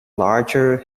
larger